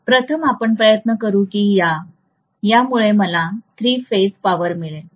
प्रथम आपण प्रयत्न करू या की यामुळे मला थ्री फेज पॉवर मिळेल